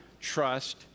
trust